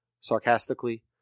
sarcastically